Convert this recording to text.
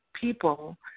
people